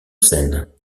seine